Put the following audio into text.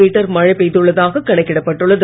metre மழை பெய்துள்ளதாக கணக்கிடப்பட்டுள்ளது